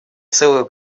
целую